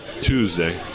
Tuesday